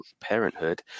parenthood